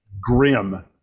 grim